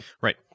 right